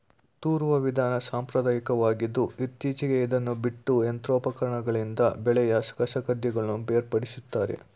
ತೂರುವ ವಿಧಾನ ಸಾಂಪ್ರದಾಯಕವಾಗಿದ್ದು ಇತ್ತೀಚೆಗೆ ಇದನ್ನು ಬಿಟ್ಟು ಯಂತ್ರೋಪಕರಣಗಳಿಂದ ಬೆಳೆಯ ಕಸಕಡ್ಡಿಗಳನ್ನು ಬೇರ್ಪಡಿಸುತ್ತಾರೆ